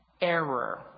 error